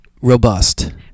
robust